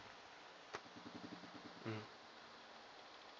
mm